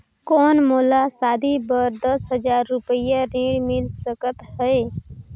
कौन मोला शादी बर दस हजार रुपिया ऋण मिल सकत है?